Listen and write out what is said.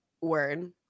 Word